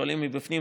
שואלים מבפנים,